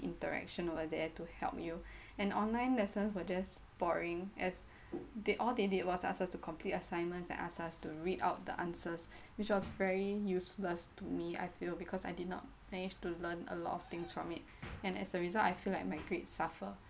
interaction over there to help you and online lesson were just boring as they all they did was ask us to complete assignments and ask us to read out the answers which was very useless to me I feel because I did not manage to learn a lot of things from it and as a result I feel like my grades suffer